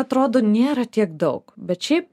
atrodo nėra tiek daug bet šiaip